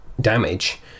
damage